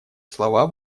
слова